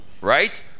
right